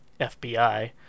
FBI